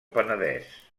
penedès